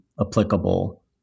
applicable